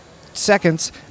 Seconds